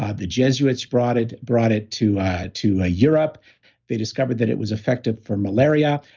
ah the jesuits brought it brought it to to europe they discovered that it was effective for malaria,